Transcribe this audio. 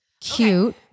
Cute